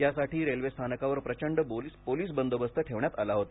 यासाठी रेल्वे स्थानकावर प्रचंड पोलीस बंदोबस्त ठेवण्यात आला होता